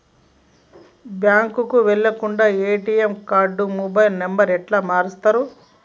బ్యాంకుకి వెళ్లకుండా ఎ.టి.ఎమ్ కార్డుతో మొబైల్ నంబర్ ఎట్ల మారుస్తరు?